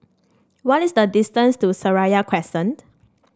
what is the distance to Seraya Crescent